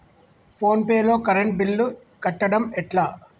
Phone pay లో current bill కట్టడం ఎట్లా?